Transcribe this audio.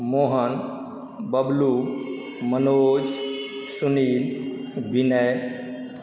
Mohan Bablu Manoj Sunil Vinay